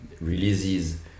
releases